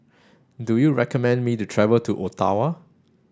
do you recommend me to travel to Ottawa